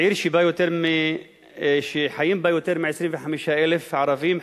עיר שחיים בה יותר מ-25,000 ערבים,